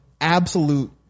absolute